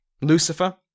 Lucifer